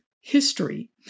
history